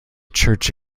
church